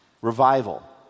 revival